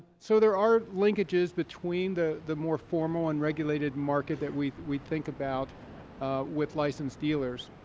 so there are linkages between the the more formal and regularted market that we we think about with licensed dealers.